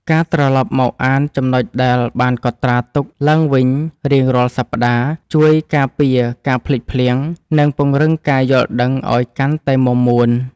ការត្រឡប់មកអានចំណុចដែលបានកត់ត្រាទុកឡើងវិញរៀងរាល់សប្ដាហ៍ ជួយការពារការភ្លេចភ្លាំង និងពង្រឹងការយល់ដឹងឱ្យកាន់តែមាំមួន។